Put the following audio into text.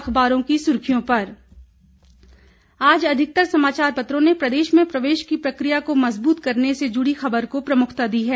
अखबारों की सर्खियों पर आज अधिकतर समाचार पत्रों ने प्रदेश में प्रवेश की प्रकिया को मजबूत करने से जुड़ी खबर को प्रमुखता दी है